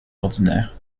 ordinaire